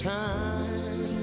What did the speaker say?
time